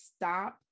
stop